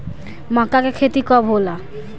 मक्का के खेती कब होला?